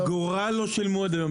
אגורה לא שילמו עד היום,